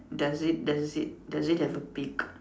does it does it does it have a beak